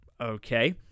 Okay